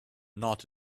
not